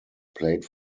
played